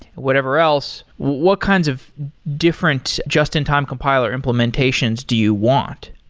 whatever else, what kinds of different just-in-time compiler implementations do you want?